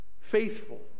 Faithful